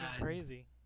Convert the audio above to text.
crazy